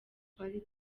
twari